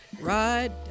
ride